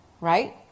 Right